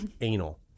Anal